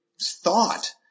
thought